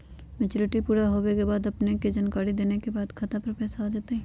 Maturity पुरा होवे के बाद अपने के जानकारी देने के बाद खाता पर पैसा आ जतई?